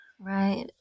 Right